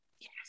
Yes